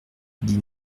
dit